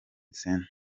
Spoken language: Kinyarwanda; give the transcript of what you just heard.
centre